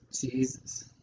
Jesus